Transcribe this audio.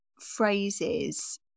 phrases